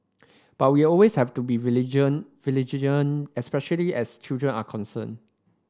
but we always have to be vigilant vigilant especially as children are concerned